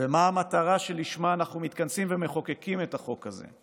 ומה המטרה שלשמה אנחנו מתכנסים ומחוקקים את החוק הזה.